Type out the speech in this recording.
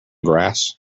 grass